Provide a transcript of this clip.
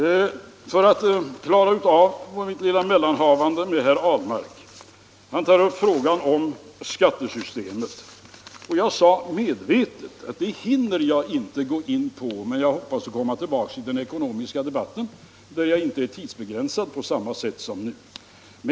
Låt mig klara av mitt lilla mellanhavande med herr Ahlmark då han tar upp frågan om skattesystemet. Jag sade medvetet att det hinner jag inte gå in på, men jag hoppas få komma tillbaka i den ekonomiska debatten där jag inte är tidsbegränsad på samma sätt som nu.